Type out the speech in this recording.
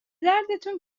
دردتون